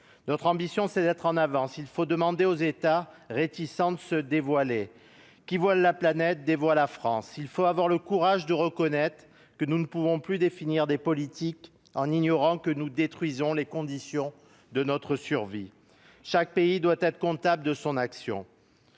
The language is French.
Notre ambition est de prendre de l'avance. Il faut demander aux États réticents de se dévoiler. Qui voile la planète, dévoie la France. Il faut avoir le courage de reconnaître que nous ne pouvons plus définir des politiques en ignorant que nous détruisons les conditions de notre survie. Chaque pays doit être comptable de son action.